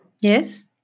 Yes